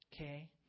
Okay